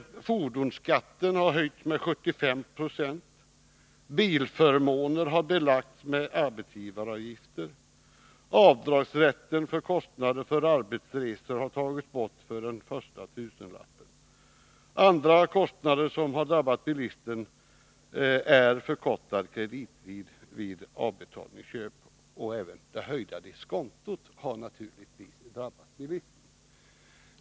Fordonsskatten höjdes med 75 96. Bilförmåner belades med arbetsgivaravgifter. Avdragsrätten för den första tusenlappen av kostnader na för arbetsresor togs bort. Andra kostnader som drabbat bilismen är förkortad kredittid vid avbetalningsköp. Även det höjda diskontot har naturligtvis drabbat bilismen.